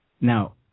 Now